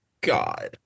God